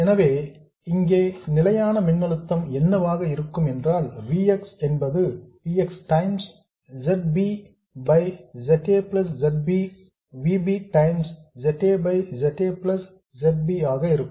எனவே இங்கே நிலையான மின்னழுத்தம் என்னவாக இருக்கும் என்றால் V x என்பது V x times Z b by Z a plus Z b plus V b times Z a by Z a plus Z b ஆக இருக்கும்